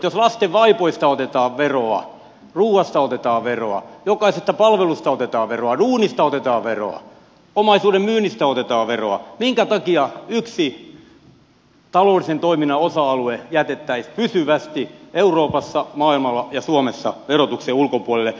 jos lasten vaipoista otetaan veroa ruuasta otetaan veroa jokaisesta palveluksesta otetaan veroa duunista otetaan veroa omaisuuden myynnistä otetaan veroa minkä takia yksi taloudellisen toiminnan osa alue jätettäisiin pysyvästi euroopassa maailmalla ja suomessa verotuksen ulkopuolelle